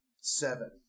Seven